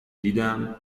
دیدم